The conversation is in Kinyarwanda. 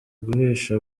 guhesha